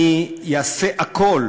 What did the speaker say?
אני אעשה הכול,